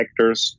vectors